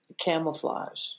camouflage